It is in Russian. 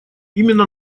именно